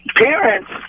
Parents